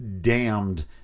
damned